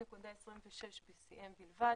0.26 BCM בלבד.